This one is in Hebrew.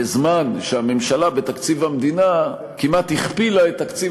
בזמן שהממשלה בתקציב המדינה כמעט הכפילה את תקציב